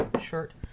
shirt